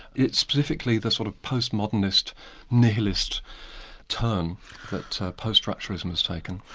it's specifically the sort of post-modernist nihilist term that post-structuralism has taken.